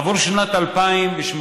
עבור שנת 2018,